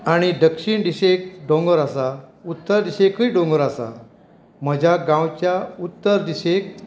आनी दक्षीण दिशेक डोंगर आसा उत्तर दिशेकूय डोंगर आसा म्हज्या गांवच्या उत्तर दिशेक